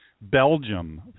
Belgium